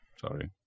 Sorry